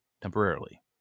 temporarily